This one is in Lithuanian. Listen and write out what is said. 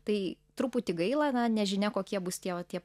tai truputį gaila na nežinia kokie bus tie va tie